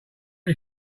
you